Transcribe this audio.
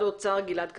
גלעד קצב,